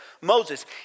Moses